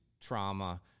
trauma